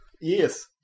Yes